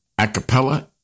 acapella